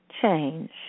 change